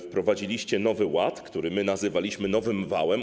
Wprowadziliście Nowy Ład, który my nazywaliśmy nowym wałem.